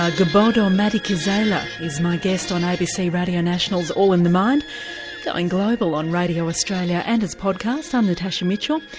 ah gobodo-madikizela is my guest on abc radio national's all in the mind going and global on radio australia and as podcast, i'm natasha mitchell.